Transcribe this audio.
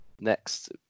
Next